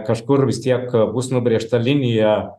kažkur vis tiek bus nubrėžta linija